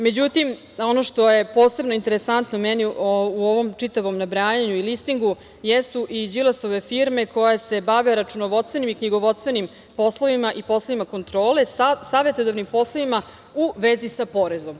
Međutim, ono što je posebno interesantno meni u ovom čitavom nabrajanju i listingu jesu i Đilasove firme koje se bave računovodstvenim i knjigovodstvenim poslovima i poslovima kontrole, savetodavnim poslovima u vezi sa porezom.